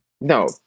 no